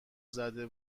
زده